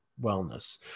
wellness